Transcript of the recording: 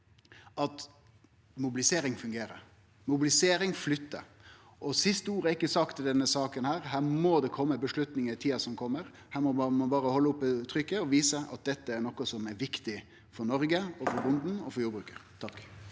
at mobilisering fungerer, mobilisering flytter, og siste ord er ikkje sagt i denne saka. Her må det kome ei avgjerd i tida som kjem. Her må ein berre halde oppe trykket og vise at dette er noko som er viktig for Noreg, for bonden og for jordbruket. Bengt